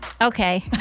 Okay